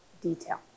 detail